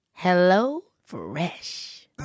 HelloFresh